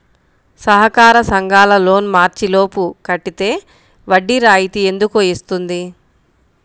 సహకార సంఘాల లోన్ మార్చి లోపు కట్టితే వడ్డీ రాయితీ ఎందుకు ఇస్తుంది?